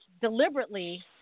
Deliberately